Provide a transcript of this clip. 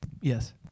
Yes